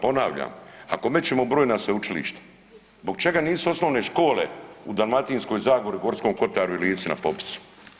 Ponavljam, ako mećemo brojna sveučilišta, zbog čega nisu osnovne škole u Dalmatinskoj zagori, Gorskom kotaru i Lici na popisu?